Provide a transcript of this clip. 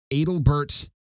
Adelbert